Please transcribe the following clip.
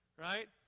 Right